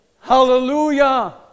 Hallelujah